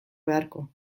beharko